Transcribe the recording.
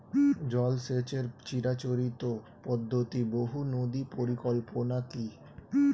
জল সেচের চিরাচরিত পদ্ধতি বহু নদী পরিকল্পনা কি?